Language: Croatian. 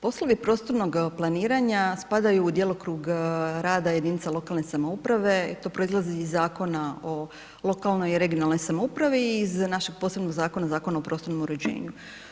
Poslovi prostornog planiranja spadaju u djelokrug rada jedinica lokalne samouprave, to proizlazi iz Zakona o lokalnoj i regionalnoj samoupravi i iz našeg posebnog zakona, Zakona o prostornom uređenju.